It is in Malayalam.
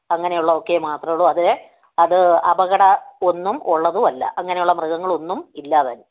അങ്ങനെയുള്ള ഒക്കെ മാത്രോ ഒള്ളു അതേ അത് അപകടമൊന്നും ഉള്ളതുമല്ല അങ്ങനെയുള്ള മൃഗങ്ങളൊന്നും ഇല്ലാതെ